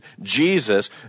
Jesus